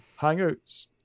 Hangouts